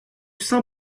saint